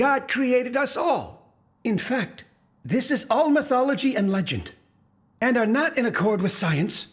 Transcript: god created us all in fact this is all mythology and legend and are not in accord with science